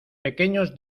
pequeños